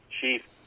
Chief